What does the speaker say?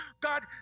God